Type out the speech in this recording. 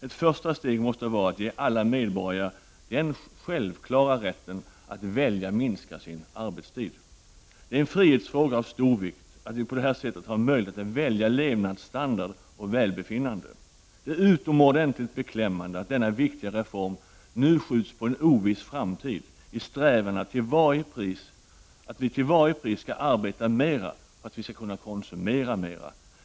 Ett första steg måste vara att ge alla medborgare den självklara rätten att kunna välja att minska sin arbetstid. Det är en frihetsfråga av stor vikt att vi på det här sättet har möjlighet att välja levnadsstandard och välbefinnande. Det är utomordentligt beklämmande att denna viktiga reform nu skjuts på framtiden, och en oviss sådan, i strävan efter att vi till varje pris skall arbeta mera för att vi skall kunna konsumera mera.